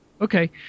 Okay